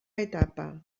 etapa